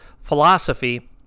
philosophy